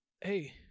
hey